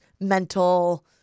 mental